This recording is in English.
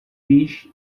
wish